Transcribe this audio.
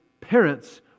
parents